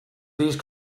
these